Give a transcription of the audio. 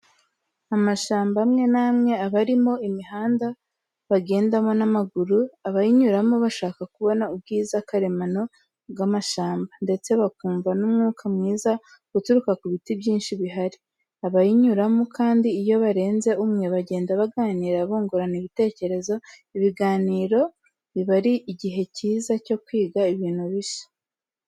Amashyamba amwe n'amwe aba arimo imihanda bagendamo n'amaguru, abayinyuramo babasha kubona ubwiza karemano bw'amashyamba, ndetse bakumva n'umwuka mwiza uturuka ku biti byinshi bihari. Abayinyuramo kandi iyo barenze umwe, bagenda baganira bungurana ibitekerezo, ibiganiro biba ari igihe cyiza cyo kwiga ibintu bishya.